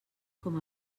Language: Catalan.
com